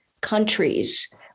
countries